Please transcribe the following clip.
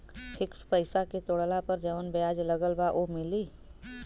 Fix पैसा के तोड़ला पर जवन ब्याज लगल बा उ मिली?